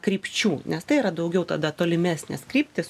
krypčių nes tai yra daugiau tada tolimesnės kryptys